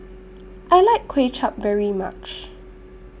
I like Kuay Chap very much